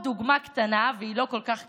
עוד דוגמה קטנה, והיא לא כל כך קטנה: